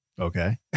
Okay